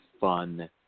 fun